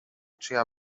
czyja